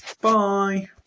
Bye